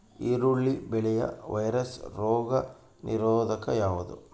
ಈರುಳ್ಳಿ ಬೆಳೆಯ ವೈರಸ್ ರೋಗ ನಿರೋಧಕ ಯಾವುದು?